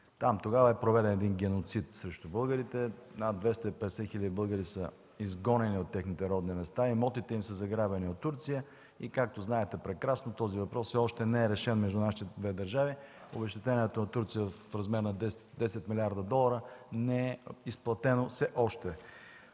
Тогава там е проведен геноцид срещу българите. Над 250 хиляди българи са изгонени от техните родни места. Имотите им са заграбени от Турция. Както знаете прекрасно, този въпрос все още не е решен между нашите две държави. Обезщетението от Турция е в размер на 10 млрд. долара. То не е изплатено все още!